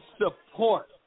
support